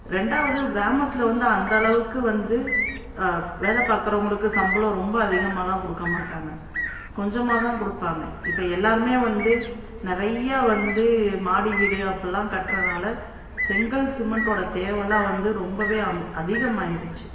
ரெண்டாவது கிராமத்தில் வந்து அந்தளவுக்கு வந்து வேலை பார்க்குறவங்களுக்கு சம்பளம் ரொம்ப அதிகமாவெல்லாம் கொடுக்க மாட்டாங்க கொஞ்சமாகதான் கொடுப்பாங்க இப்போ எல்லாேருமே வந்து நிறைய வந்து மாடி வீடு அப்புடிலாம் கட்டுறதுனால செங்கல் சிமெண்ட்டோடய தேவைலாம் வந்து ரொம்பவே அம் அதிகமாகிருச்சு